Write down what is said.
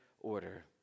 order